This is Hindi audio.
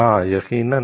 हां यकीनन